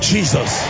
Jesus